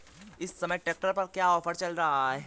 इस समय ट्रैक्टर पर क्या ऑफर चल रहा है?